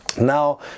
Now